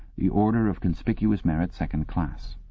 the order of conspicuous merit, second class.